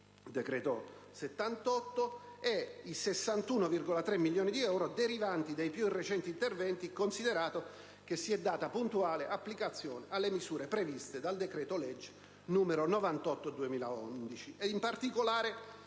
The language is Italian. del 2010, e i 61,3 milioni di euro derivanti dai più recenti interventi; considerato che si è data puntuale applicazione alle misure previste dal decreto-legge n. 98 del 2011